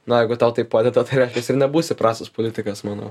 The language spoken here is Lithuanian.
na jeigu tau tai padeda tai reiškias ir nebūsi prastas politikas manau